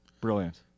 Brilliant